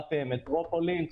ובחברת "מטרופולין".